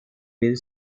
beri